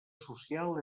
social